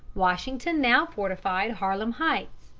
washington now fortified harlem heights,